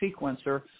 sequencer